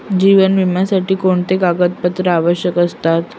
जीवन विम्यासाठी कोणती कागदपत्रे आवश्यक असतात?